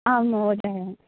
आम् महोदय